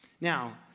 Now